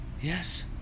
Yes